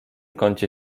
kącie